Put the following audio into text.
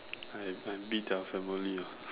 I I'm with uh family ah